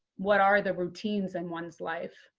what are the routines in one's life.